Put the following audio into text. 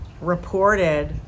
reported